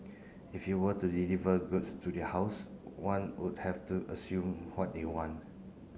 if you were to deliver goods to their house one would have to assume what they want